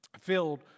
filled